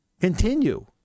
continue